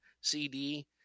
CD